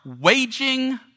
waging